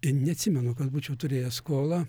neatsimenu kad būčiau turėjęs skolą